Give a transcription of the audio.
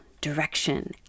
direction